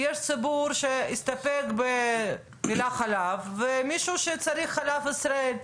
כי יש ציבור שיסתפק במילה חלב ומישהו שצריך חלב ישראל.